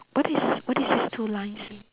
what is what is these two lines